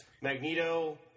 Magneto